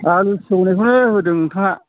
आलु सेवनायखौनो होदों नोंथाङा